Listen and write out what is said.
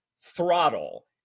throttle